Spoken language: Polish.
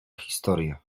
historia